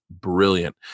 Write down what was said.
brilliant